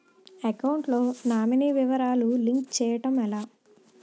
Account లో nominee వివరాలు link చేయటం ఎలా?